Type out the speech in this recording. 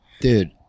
Dude